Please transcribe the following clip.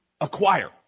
acquire